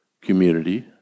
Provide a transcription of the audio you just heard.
community